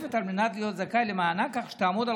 מועדפת על מנת להיות זכאי למענק כך שתעמוד על